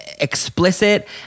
explicit